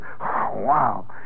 wow